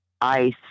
ICE